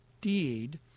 deed